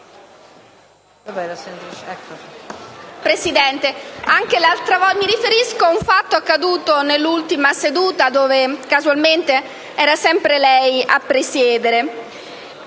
Presidente, mi riferisco a un fatto accaduto nell'ultima seduta dove, casualmente, era sempre lei a presiedere.